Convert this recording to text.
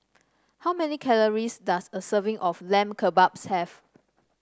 how many calories does a serving of Lamb Kebabs have